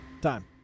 Time